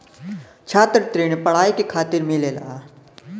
छात्र ऋण पढ़ाई के खातिर मिलेला